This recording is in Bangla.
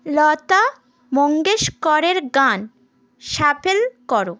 লতা মঙ্গেশকরের গান শাফল করো